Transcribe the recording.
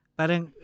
parang